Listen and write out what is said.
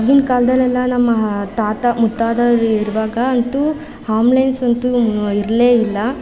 ಆಗಿನ ಕಾಲದಲ್ಲೆಲ್ಲ ನಮ್ಮ ತಾತ ಮುತ್ತಾತ ಇರುವಾಗ ಅಂತೂ ಹಾಂಬ್ಲೆನ್ಸ್ ಅಂತೂ ಇರಲೇಯಿಲ್ಲ